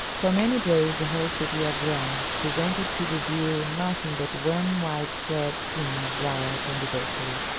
for many days the whole city of rome presented to the view nothing but one wide-spread scene of riot and debauchery.